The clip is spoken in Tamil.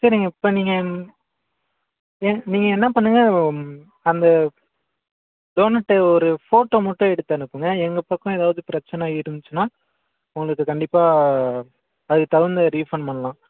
சரிங்க இப்போ நீங்கள் என் நீங்கள் என்ன பண்ணுங்க அந்த டோனட்டை ஒரு ஃபோட்டோ மட்டும் எடுத்து அனுப்புங்க எங்கள் பக்கம் ஏதாவது பிரச்சனை இருந்துச்சுன்னா உங்களுக்கு கண்டிப்பாக அதுக்கு தகுந்த ரீஃபண்ட் பண்ணலாம்